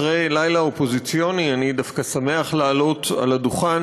אחרי לילה אופוזיציוני אני דווקא שמח לעלות על הדוכן